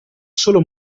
solo